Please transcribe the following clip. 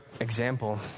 example